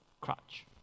crutch